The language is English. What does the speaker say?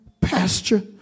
pasture